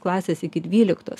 klasės iki dvyliktos